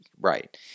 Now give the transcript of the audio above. right